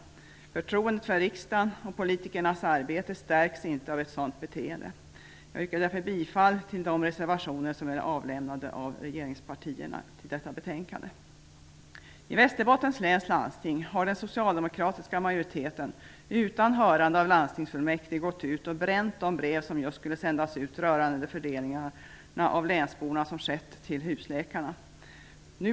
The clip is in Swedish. Förtroendet för riksdagen och politikernas arbete stärks inte av ett sådant beteende. Jag yrkar därför bifall till de reservationer till detta betänkande som är avgivna av regeringspartierna. I Västerbottens läns landsting har den socialdemokratiska majoriteten utan hörande av landstingsfullmäktige gått ut och bränt de brev som just skulle sändas ut rörande fördelningen av länsborna till husläkare.